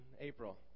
April